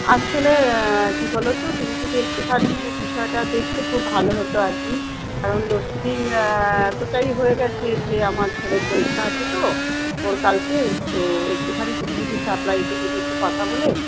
আসলে কি বলতো তুমি যদি একটুখানি বিষয়টা দেখতে খুব ভালো হতো আর কি কারণ লোডশেডিং এতটাই হয়ে গেছে যে আমার ছেলের পরীক্ষা আছে তো ওর কালকের তো একটুখানি তুমি যদি সাপ্লাইতে যদি একটু কথা বলে